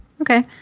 Okay